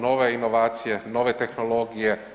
Nove inovacije, nove tehnologije 3%